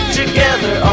together